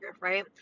right